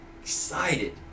excited